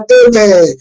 amen